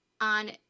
on